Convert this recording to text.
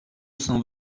cent